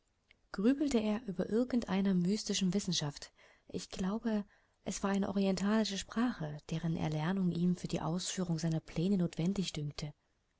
grübelte er über irgend einer mystischen wissenschaft ich glaube es war eine orientalische sprache deren erlernung ihm für die ausführung seiner pläne notwendig dünkte